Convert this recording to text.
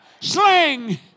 Sling